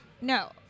No